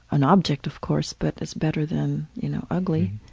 an object of course, but it's better than, you know, ugly.